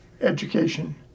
education